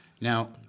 Now